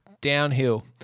downhill